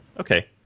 Okay